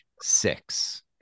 six